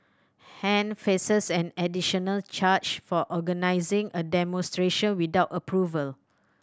Han faces an additional charge for organizing a demonstration without approval